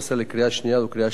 לקריאה שנייה ולקריאה שלישית.